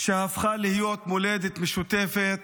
שהפכה להיות מולדת משותפת,